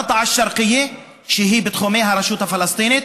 ברטעה א-שרקיה היא בתחומי הרשות הפלסטינית